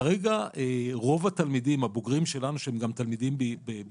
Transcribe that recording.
כרגע רוב התלמידים הבוגרים שלנו שהם באמת